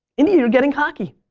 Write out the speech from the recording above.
india, you're getting cocky.